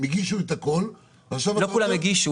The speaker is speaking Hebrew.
הם הגישו את הכול ועכשיו --- לא כולם הגישו.